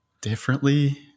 differently